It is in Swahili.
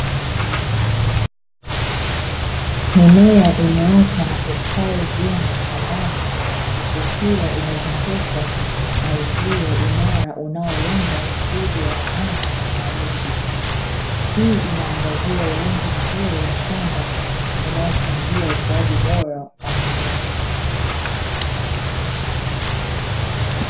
Mimea imeota na kustawi vyema shambani ikiwa imezungukwa na uzio imara unaolinda dhidi ya wanyama na wadudu. Hii inaangazia ulinzi mzuri wa shamba unaochangia ukuaji bora wa mimea.